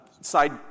Side